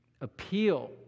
appeal